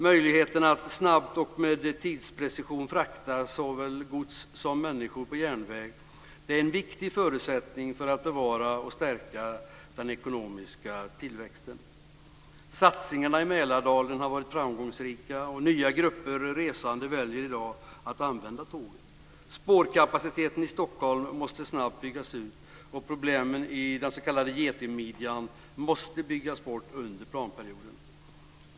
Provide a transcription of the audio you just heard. Möjligheten att snabbt och med tidsprecision frakta såväl gods som människor på järnväg är en viktig förutsättning för att bevara och stärka den ekonomiska tillväxten. Satsningarna i Mälardalen har varit framgångsrika. Nya grupper resande väljer i dag att använda tågen. Spårkapaciteten i Stockholm måste snabbt byggas ut. Problemen i den s.k. getingmidjan måste byggas bort under planperioden.